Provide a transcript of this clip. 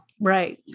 Right